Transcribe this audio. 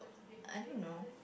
I don't know